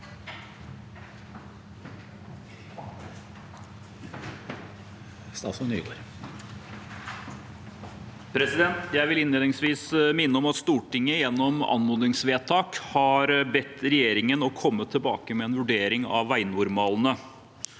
Jeg vil innled- ningsvis minne om at Stortinget gjennom anmodningsvedtak har bedt regjeringen om å komme tilbake med en vurdering av veinormalene.